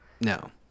No